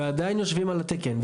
הם עדיין יושבים על התקן,